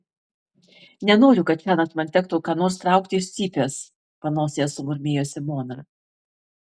nenoriu kad šiąnakt man tektų ką nors traukti iš cypės panosėje sumurmėjo simona